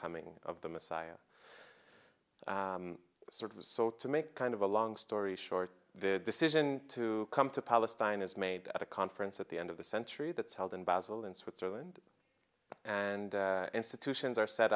coming of the messiah sort of so to make kind of a long story short the decision to come to palestine is made at a conference at the end of the century that's held in basel in switzerland and institutions are set